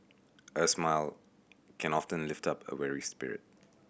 a smile can often lift up a weary spirit